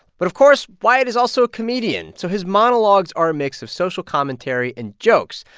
but of course, wyatt is also a comedian, so his monologues are a mix of social commentary and jokes,